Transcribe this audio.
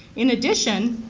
in addition,